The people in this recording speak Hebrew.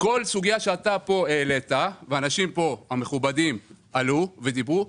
וכל סוגיה שאתה העלית והאנשים המכובדים העלו ודיברו,